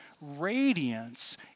radiance